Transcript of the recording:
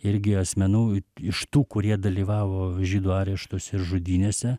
irgi asmenų iš tų kurie dalyvavo žydų areštuose ir žudynėse